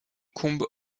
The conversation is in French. combe